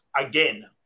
again